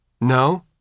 No